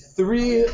Three